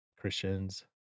Christians